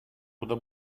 куда